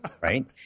right